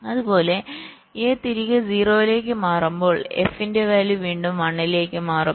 അതുപോലെ A തിരികെ 0 ലേക്ക് മാറുമ്പോൾ f ന്റെ വാല്യൂ വീണ്ടും 1 ലേക്ക് മാറും